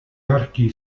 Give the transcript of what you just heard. archi